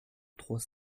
trois